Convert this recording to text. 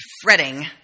fretting